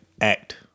Act